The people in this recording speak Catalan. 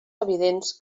evidents